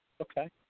Okay